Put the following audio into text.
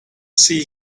see